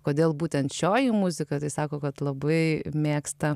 kodėl būtent šioji muzika tai sako kad labai mėgsta